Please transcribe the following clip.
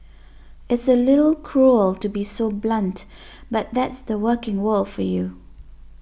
it's a little cruel to be so blunt but that's the working world for you